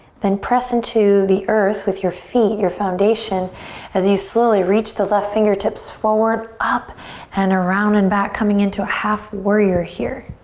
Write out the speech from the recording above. then press into the earth with your feet, your foundation as you slowly reach the left fingertips forward, up and around and back coming into a half warrior here.